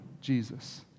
Jesus